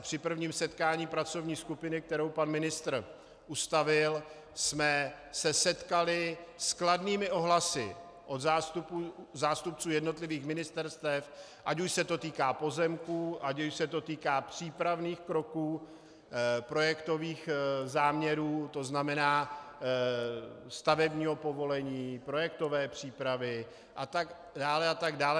Při prvním setkání pracovní skupiny, kterou pan ministr ustavil, jsme se setkali s kladnými ohlasy od zástupců jednotlivých ministerstev, ať už se to týká pozemků, ať už se to týká přípravných kroků projektových záměrů, to znamená stavebního povolení, projektové přípravy atd. atd.